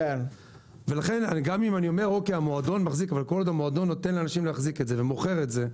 כל עוד המועדון נותן לאנשים להחזיק את זה ומוכר את זה,